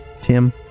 Tim